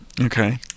Okay